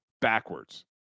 backwards